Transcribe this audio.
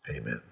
Amen